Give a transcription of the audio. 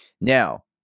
Now